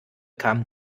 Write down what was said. kam